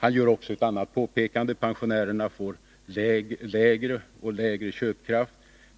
Lars-Åke Åström gör också ett annat påpekande. Pensionärerna får lägre och lägre köpkraft.